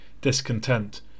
discontent